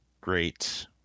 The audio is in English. great